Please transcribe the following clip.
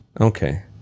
Okay